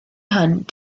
hunt